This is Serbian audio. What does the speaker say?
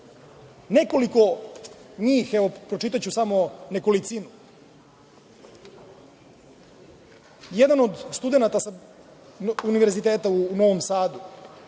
Nekoliko njih, evo, pročitaću samo nekolicinu. Jedan od studenata sa Univerziteta u Novom Sadu